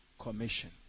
commission